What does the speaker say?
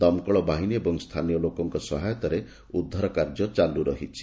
ଦମକଳ ବାହିନୀ ଏବଂ ସ୍ରାନୀୟ ଲୋକଙ୍କ ସହାୟତାରେ ଉଦ୍ଧାରକାର୍ଯ୍ୟ ଚାଲୁ ରହିଛି